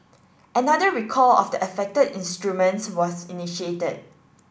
another recall of the affected instruments was initiated